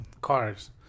cars